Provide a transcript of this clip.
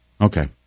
Okay